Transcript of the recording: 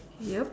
yup